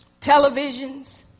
televisions